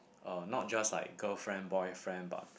uh not just like girlfriend boyfriend but